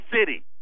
city